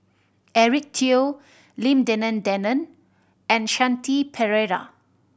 Eric Teo Lim Denan Denon and Shanti Pereira